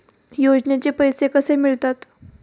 योजनेचे पैसे कसे मिळतात?